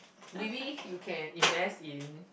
maybe you can invest in